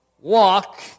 walk